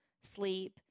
sleep